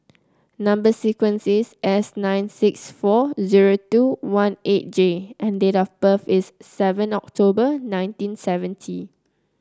number sequence is S nine six four zero two one eight J and date of birth is seven October nineteen seventy